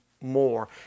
more